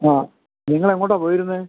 ആ നിങ്ങളെങ്ങോട്ടാ പോയിരുന്നത്